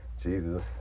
jesus